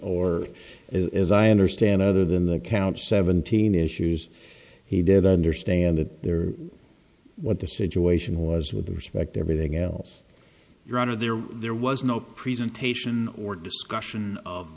or as i understand other than the count seventeen issues he did understand that there what the situation was with respect everything else you're out of there there was no presentation or discussion